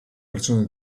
persone